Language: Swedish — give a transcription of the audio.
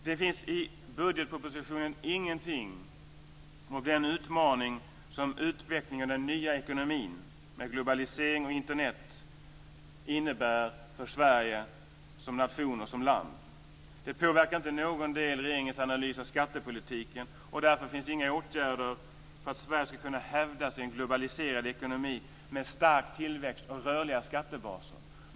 Det finns i budgetpropositionen ingenting om den utmaning som utvecklingen av den nya ekonomin med globalisering och Internet innebär för Sverige som nation och som land. Det påverkar inte i någon del regeringens analys av skattepolitiken. Därför finns inga åtgärder för att Sverige ska kunna hävda sig i en globaliserad ekonomi med stark tillväxt och rörliga skattebaser.